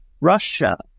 Russia